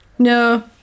No